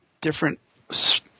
different